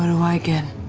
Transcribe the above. um do i get?